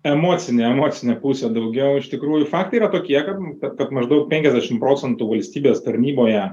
emocinė emocinė pusė daugiau iš tikrųjų faktai yra tokie kad kad kad maždaug penkiasdešim procentų valstybės tarnyboje